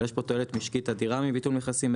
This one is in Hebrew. אבל יש פה תועלת משקית אדירה מביטול מכסים,